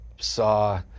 saw